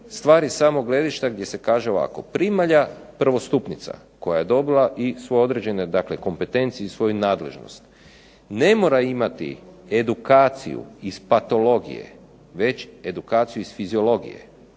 stvar je samo gledišta gdje se kaže ovako: primalja prvostupnica koja je dobila i suodređene kompetencije i svoju nadležnost ne mora imati edukaciju iz patologije već edukaciju iz fiziologije